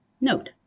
Note